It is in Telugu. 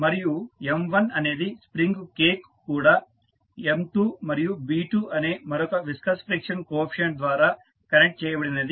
మరియు M1 అనేది స్ప్రింగ్ k కు కూడా M2 మరియు B2 అనే మరొక విస్కస్ ఫ్రిక్షన్ కోఎఫీసియంట్ ద్వారా కనెక్ట్ చేయబడినది